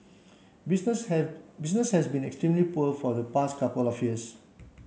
business have business has been extremely poor for the past couple of years